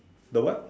the what